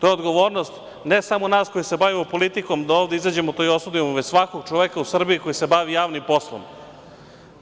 To je odgovornost ne samo nas koji se bavimo politikom da ovde izađemo i to osudimo, već svakog čoveka u Srbiji koji se bavi javnim poslom,